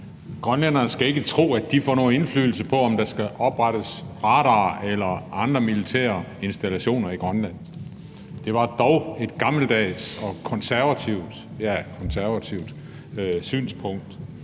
grønlænderne ikke skal tro, at de får nogen indflydelse på, om der skal oprettes radarer eller andre militære installationer i Grønland. Det var dog et gammeldags og konservativt synspunkt.